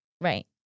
Right